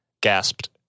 Gasped